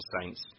Saints